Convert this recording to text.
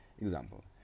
example